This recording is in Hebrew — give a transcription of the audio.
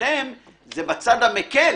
לשיטתכם זה בצד המקל